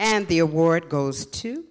and the award goes to